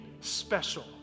special